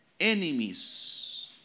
enemies